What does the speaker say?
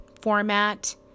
format